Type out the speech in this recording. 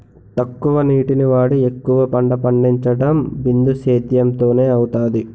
తక్కువ నీటిని వాడి ఎక్కువ పంట పండించడం బిందుసేధ్యేమ్ తోనే అవుతాది